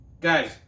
Guys